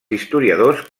historiadors